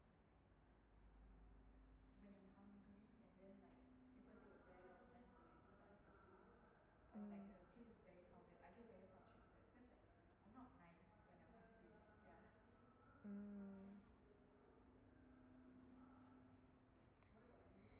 mm mm